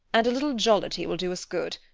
and a little jollity will do us good.